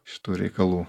šitų reikalų